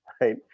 right